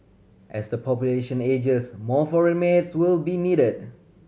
as the population ages more foreign maids will be needed